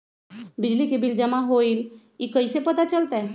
बिजली के बिल जमा होईल ई कैसे पता चलतै?